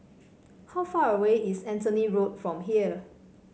how far away is Anthony Road from here